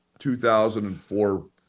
2004